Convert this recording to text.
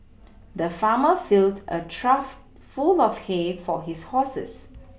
the farmer filled a trough full of hay for his horses